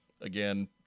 Again